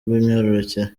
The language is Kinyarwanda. bw’imyororokere